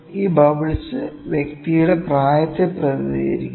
ഈ ബബ്ൾസ് വ്യക്തിയുടെ പ്രായത്തെ പ്രതിനിധീകരിക്കുന്നു